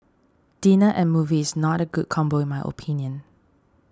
dinner and movie is not a good combo in my opinion